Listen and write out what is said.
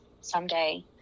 someday